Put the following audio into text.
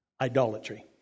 Idolatry